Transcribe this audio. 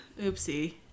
Oopsie